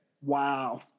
Wow